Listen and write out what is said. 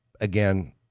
Again